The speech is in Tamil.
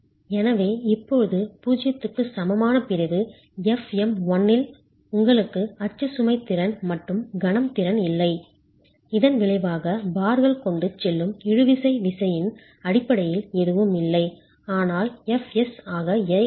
எனவே இப்போது 0 க்கு சமமான பிரிவு fm 1 இல் உங்களுக்கு அச்சு சுமை திறன் மட்டும் கணம் திறன் இல்லை இதன் விளைவாக பார்கள் கொண்டு செல்லும் இழுவிசை விசையின் அடிப்படையில் எதுவும் இல்லை ஆனால் Fs ஆக Asi